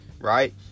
right